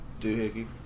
doohickey